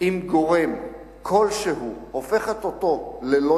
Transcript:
עם גורם כלשהו הופכת אותו ללא